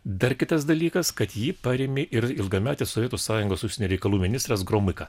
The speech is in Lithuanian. dar kitas dalykas kad jį parėmė ir ilgametis sovietų sąjungos užsienio reikalų ministras gromyka